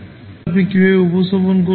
তাহলে আপনি কীভাবে উপস্থাপন করবেন